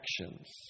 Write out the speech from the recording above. actions